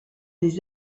des